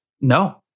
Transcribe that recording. No